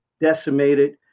decimated